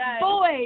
boys